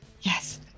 Yes